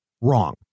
wrong